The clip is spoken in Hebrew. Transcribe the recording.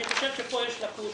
אני חושב שפה יש לקות.